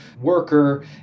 worker